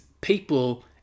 people